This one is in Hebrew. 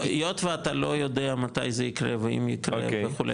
היות ואתה לא יודע מתי זה ייקרה ואם יקרה וכו',